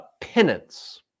penance